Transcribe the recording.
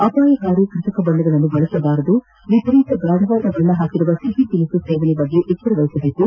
ಅಪಾಯಕಾರಿ ಕೃತಕ ಬಣ್ಣಗಳನ್ನ ಬಳಸಬಾರದು ವಿಪರೀತ ಗಾಡವಾದ ಬಣ್ಣ ಹಾಕಿರುವ ಸಿಹಿ ತಿನಿಸು ಸೇವನೆ ಬಗ್ಗೆ ಎಚ್ಚರ ವಹಿಸಬೇಕು